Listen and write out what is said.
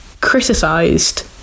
criticised